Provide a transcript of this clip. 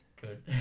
good